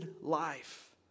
life